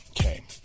Okay